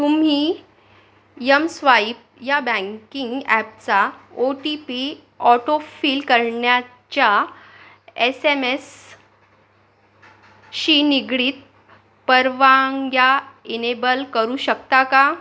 तुम्ही यमस्वाईप या बँकिंग ॲपचा ओ टी पी ऑटोफिल करण्याच्या एस एम एसशी निगडीत परवानग्या इनेबल करू शकता का